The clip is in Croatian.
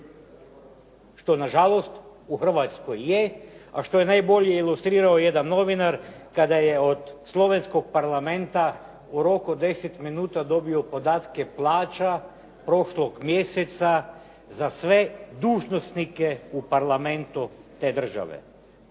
što nažalost u Hrvatskoj je a što je najbolje ilustrirao jedan novinar kada je od Slovenskog parlamenta u roku od 10 minuta dobio podatke plaća prošlog mjeseca za sve dužnosnike u parlamentu te države.